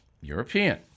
European